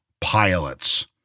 pilots